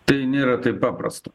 tai nėra kaip paprasta